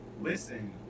Listen